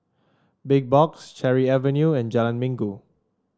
Big Box Cherry Avenue and Jalan Minggu